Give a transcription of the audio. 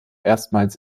erstmals